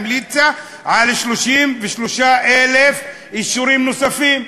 המליצה על 33,000 אישורים נוספים,